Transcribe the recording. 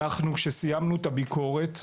כשסיימנו את הביקורת,